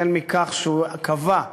החל בכך שהוא קבע,